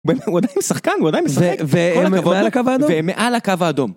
הוא עדיין שחקן, הוא עדיין משחק. ומעל הקו האדום.